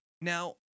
now